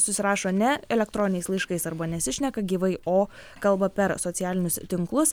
susirašo ne elektroniniais laiškais arba nesišneka gyvai o kalba per socialinius tinklus